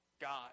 God